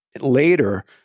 Later